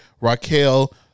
Raquel